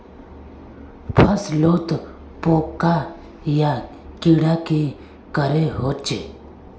फसलोत पोका या कीड़ा की करे होचे?